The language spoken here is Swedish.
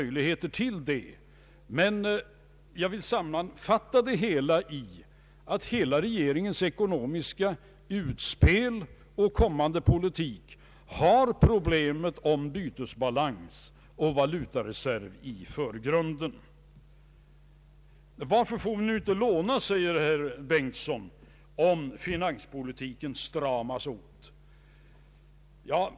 Jag vill emellertid sammanfatta att regeringens utspel och kommande politik har problemet om bytesbalans och valutareserv i förgrunden. Varför får vi nu inte låna, säger herr Bengtson, om finanspolitiken stramas åt?